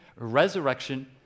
resurrection